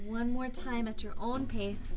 one more time at your own pace